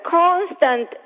constant